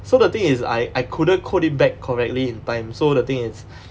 so the thing is I I couldn't code it back correctly in time so the thing is